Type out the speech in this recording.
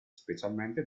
specialmente